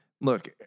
Look